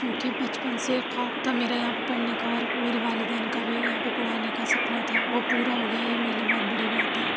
کیونکہ بچپن سے خواب تھا میرا یہاں پہ پڑھنے کا اور میرے والدین کا بھی یہاں پہ پڑھانے کا سپنا تھا وہ پورا ہو گیا یہ میرے لیے بہت بڑی بات ہے